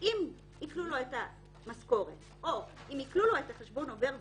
אם עיקלו לו את המשכורת או אם עיקלו לו את חשבון עובר ושב,